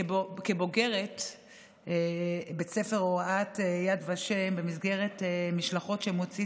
כבוגרת בית ספר הוראת יד ושם במסגרת משלחות שמוציא